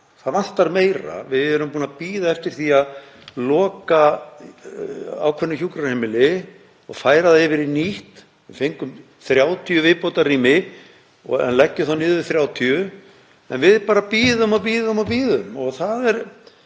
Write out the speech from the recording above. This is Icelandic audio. það vantar meira. Við erum búin að bíða eftir því að loka ákveðnu hjúkrunarheimili og færa það yfir í nýtt, fengum 30 viðbótarrými en leggjum þá niður 30. En við bara bíðum og bíðum og það er